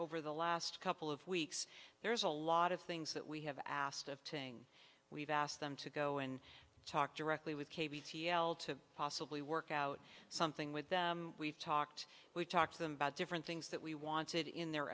over the last couple of weeks there's a lot of things that we have asked of tng we've asked them to go and talk directly with k b t l to possibly work out something with them we've talked we've talked to them about different things that we wanted in the